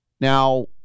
Now